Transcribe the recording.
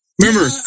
remember